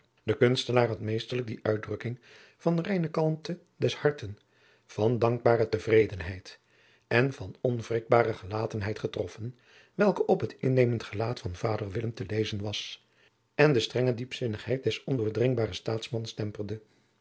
de kunstenaar had meesterlijk die uitdrukking van reine kalmte des harten van dankbare tevredenheid en van onwrikbare gelatenheid getroffen welke op het innemend gelaat van vader willem te lezen was en de strenge diepzinnigheid des ondoordringbaren staatmans temperde